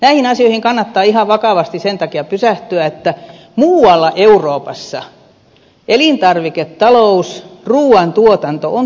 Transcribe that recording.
näihin asioihin kannattaa ihan vakavasti sen takia pysähtyä että muualla euroopassa elintarviketalous ruuantuotanto on tulevaisuuden ala